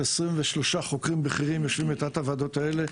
23 חוקרים בכירים יושבים בתתי-הוועדות האלה,